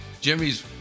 Jimmy's